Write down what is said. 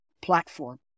platform